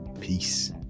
peace